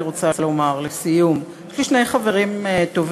אני רוצה לומר לסיום: יש לי שני חברים טובים,